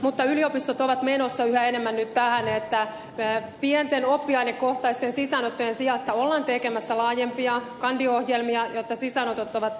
mutta yliopistot ovat menossa yhä enemmän nyt tähän että pienten oppiainekohtaisten sisäänottojen sijasta ollaan tekemässä laajempia kandiohjelmia jotta sisäänotot ovat laajempia